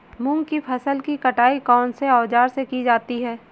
मूंग की फसल की कटाई कौनसे औज़ार से की जाती है?